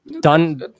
done